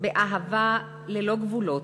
באהבה ללא גבולות,